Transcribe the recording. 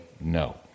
no